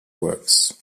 works